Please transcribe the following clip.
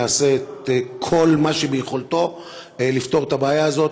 יעשה את כל מה שביכולתו לפתור את הבעיה הזאת,